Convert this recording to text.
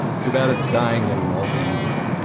too bad it's dying and won't be usable.